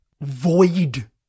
Void